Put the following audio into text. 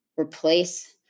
replace